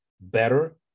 better